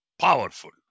Powerful